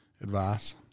advice